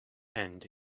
and